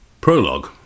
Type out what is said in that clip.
Prologue